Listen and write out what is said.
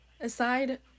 aside